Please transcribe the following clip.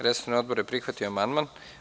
Resorni odbor je prihvatio amandman.